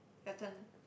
your turn